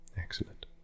Excellent